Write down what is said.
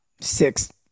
six